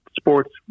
sports